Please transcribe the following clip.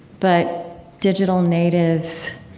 but digital natives